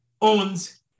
owns